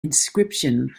inscription